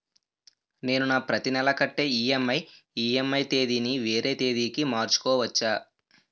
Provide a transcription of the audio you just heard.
నేను నా ప్రతి నెల కట్టే ఈ.ఎం.ఐ ఈ.ఎం.ఐ తేదీ ని వేరే తేదీ కి మార్చుకోవచ్చా?